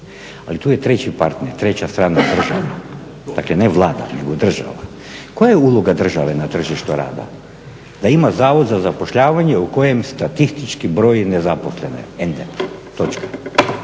Ali tu je treći partner, treća strana – država. Dakle, ne Vlada nego država. Koja je uloga države na tržištu rada? Da ima Zavod za zapošljavanje u kojem statistički broji nezaposlene, end, točka.